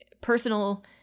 personal